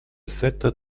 sept